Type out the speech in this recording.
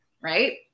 Right